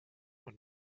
und